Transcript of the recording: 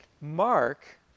Mark